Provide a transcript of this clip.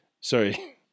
sorry